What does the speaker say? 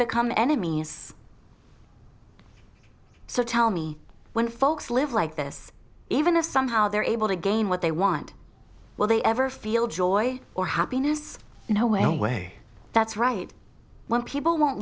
become enemies so tell me when folks live like this even if somehow they're able to gain what they want will they ever feel joy or happiness you know anyway that's right when people won't